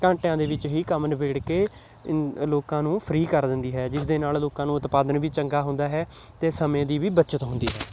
ਘੰਟਿਆਂ ਦੇ ਵਿੱਚ ਹੀ ਕੰਮ ਨਿਬੇੜ ਕੇ ਲੋਕਾਂ ਨੂੰ ਫਰੀ ਕਰ ਦਿੰਦੀ ਹੈ ਜਿਸ ਦੇ ਨਾਲ਼ ਲੋਕਾਂ ਨੂੰ ਉਤਪਾਦਨ ਵੀ ਚੰਗਾ ਹੁੰਦਾ ਹੈ ਅਤੇ ਸਮੇਂ ਦੀ ਵੀ ਬੱਚਤ ਹੁੰਦੀ ਹੈ